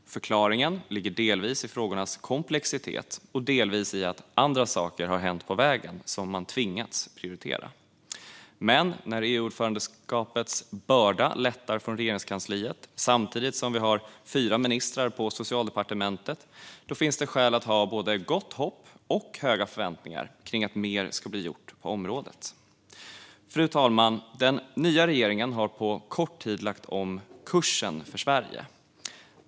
Förklaringen ligger delvis i frågornas komplexitet, delvis i att andra saker har hänt på vägen som man tvingats att prioritera. Men när EU-ordförandeskapets börda lättar från Regeringskansliet, samtidigt som vi har fyra ministrar på Socialdepartementet, finns det skäl att ha både gott hopp om och höga förväntningar på att mer ska bli gjort på området. Fru talman! Den nya regeringen har på kort tid lagt om kursen för Sverige.